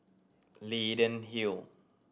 Leyden Hill